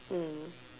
mm